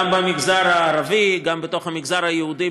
גם במגזר הערבי וגם בתוך המגזר היהודי,